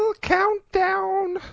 countdown